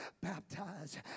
baptized